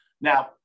Now